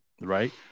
right